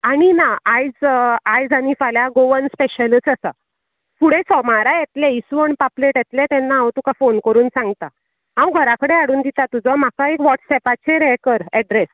आनी ना आयज आयज आनी फाल्यां गोवन स्पेशलच आसा फुडे सोमारा येतले इसवण पापलेट येतले तेन्ना हांव तुका फोन करून सांगता हांव घरा कडेन हाडून दिता तुजो म्हाका एक वाॅट्सेपाचेर ये कर एड्रेस